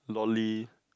loly